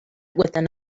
within